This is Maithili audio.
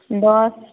दस